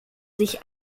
sich